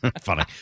Funny